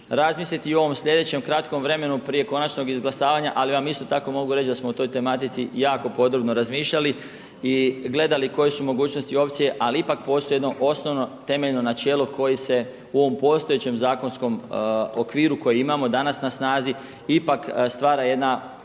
razmisliti i u ovom sljedećem kratkom vremenu prije konačnog izglasavanja ali vam isto tako mogu reći da smo o toj tematici jako podrobno razmišljali i gledali koje su mogućnosti i opcije ali ipak postoji jedno osnovno temeljno načelo koje se u ovom postojećem zakonskom okviru koji imamo danas na snazi ipak stvara jedna